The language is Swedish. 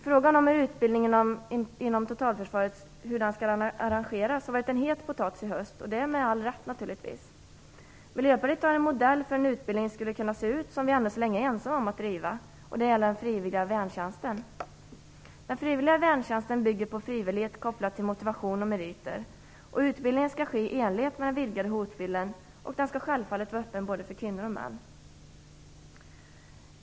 Frågan om hur utbildningen inom totalförsvaret skall arrangeras har varit en het potatis i höst - naturligtvis med all rätt. Miljöpartiet har en modell för hur en utbildning skulle kunna se ut som vi än så länge är ensamma om att driva. Det gäller då den frivilliga värntjänsten. Den frivilliga värntjänsten bygger på frivillighet kopplad till motivation och meriter. Utbildningen skall ske i enlighet med den vidgade hotbilden och skall självfallet vara öppen för både kvinnor och män.